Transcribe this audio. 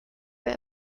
bit